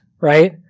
right